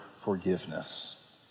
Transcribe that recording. forgiveness